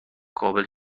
قابل